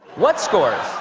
what scores